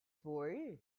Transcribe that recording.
voor